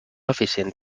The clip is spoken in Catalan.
eficient